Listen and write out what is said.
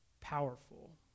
powerful